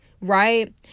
right